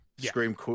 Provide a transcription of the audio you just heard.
Scream